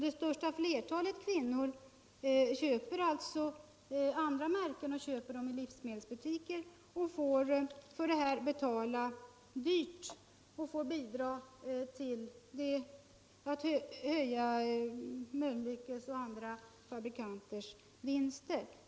Det stora flertalet kvinnor köper alltså andra märken — i livsmedelsbutiken — och får betala dyrt och bidra till att höja Mölnlyckes och andra fabrikanters vinster.